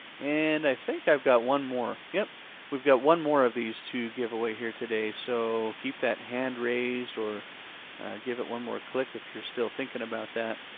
and i think i've got one more. yeah we've we've got one more of these to give away here today. so keep that hand raised or give it one more click if you're still thinking about that.